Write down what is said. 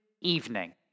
evening